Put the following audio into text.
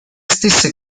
stesse